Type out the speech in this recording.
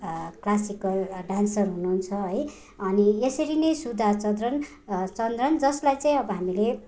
classical dancer हुनु हुन्छ है अनि यसरी नै सुधा चन्द्रन चन्द्रन जसलाई चाहिँ अब हामीले